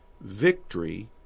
victory